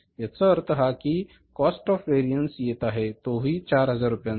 यांचा अर्थ हा कि कॉस्ट मध्ये व्हेरिएन्स येत आहे तो हि 4000 रुपयांचा